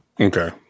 Okay